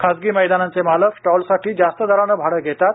खासगी मैदानाचे मालक स्टाँलसाठी जास्त दराने भाडे घेतात